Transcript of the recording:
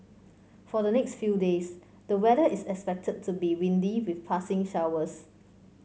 for the next few days the weather is expected to be windy with passing showers